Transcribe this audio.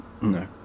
No